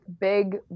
big